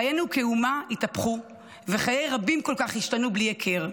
חיינו כאומה התהפכו וחיי רבים כל כך השתנו בלי הכר.